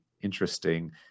interesting